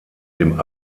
dem